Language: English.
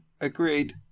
agreed